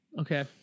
okay